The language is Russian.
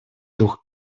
дух